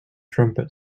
trumpet